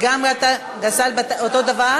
באסל גטאס אותו דבר?